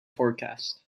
forecast